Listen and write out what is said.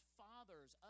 fathers